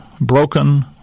broken